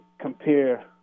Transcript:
compare